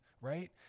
right